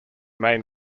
main